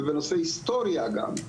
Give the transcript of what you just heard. ובנושא היסטוריה גם,